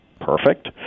perfect